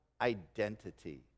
identity